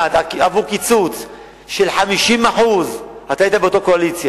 קיצצה למעלה מ-50% ממענקי האיזון.